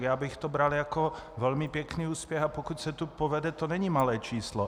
Já bych to bral jako velmi pěkný úspěch, a pokud se to povede, to není malé číslo.